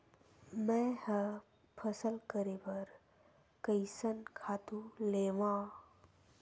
मैं ह फसल करे बर कइसन खातु लेवां?